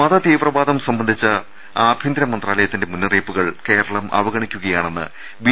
മത ത്രീവ്രവാദം സംബന്ധിച്ച ആഭ്യന്തര മന്ത്രാലയത്തിന്റെ മുന്നറിയിപ്പു കൾ കേരളം അവഗണിക്കുകയാണെന്ന് ബി